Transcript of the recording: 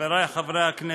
חברי חברי הכנסת,